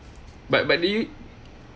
but but do you